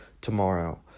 tomorrow